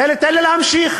סליחה, תן לי להמשיך,